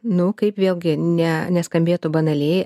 nu kaip vėlgi ne neskambėtų banaliai